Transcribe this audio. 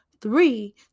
Three